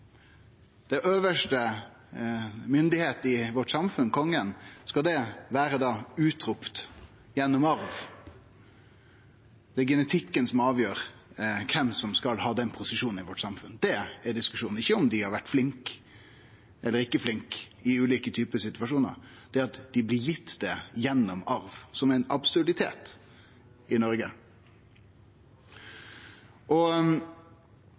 øvste myndigheita i samfunnet vårt, Kongen, skal han vere utropt gjennom at det er genetikken som avgjer kven som skal ha den posisjonen i samfunnet vårt? Det er diskusjonen, ikkje om dei var vore flinke eller ikkje flinke i ulike typar situasjonar, men at dei blir gitt det gjennom arv – som ein absurditet – i Noreg.